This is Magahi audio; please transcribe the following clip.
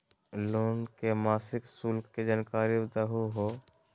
लोन के मासिक शुल्क के जानकारी दहु हो?